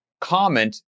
comment